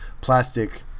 plastic